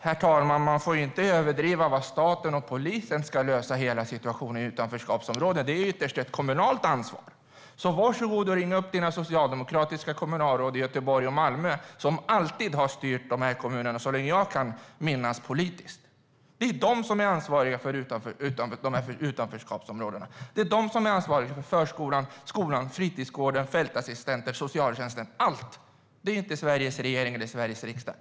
Herr talman! Man får inte överdriva att staten och polisen ska lösa hela situationen i utanförskapsområdena. Det är ytterst ett kommunalt ansvar. Varsågod och ring upp dina socialdemokratiska kommunalråd i Göteborg och Malmö, som så länge jag kan minnas alltid har styrt dessa kommuner politiskt. Det är de som är ansvariga för utanförskapsområdena. Det är de som är ansvariga för förskolan, skolan, fritidsgården, fältassistenterna, socialtjänsten - allt! Det är ytterst inte Sveriges regering eller Sveriges riksdag.